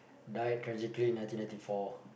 died tragically nineteen ninety four